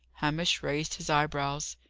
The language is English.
hamish raised his eyebrows.